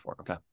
okay